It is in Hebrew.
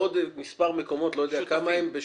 בעוד כמה מקומות, לא יודע כמה, הם שותפים.